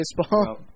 baseball